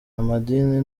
amadini